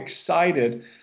excited